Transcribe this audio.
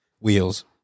Wheels